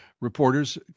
reporters